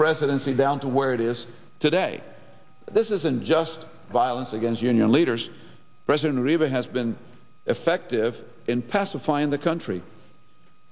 presidency down to where it is today this isn't just violence against union leaders president river has been effective in pacifying the country